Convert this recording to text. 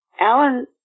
Alan